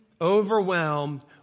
overwhelmed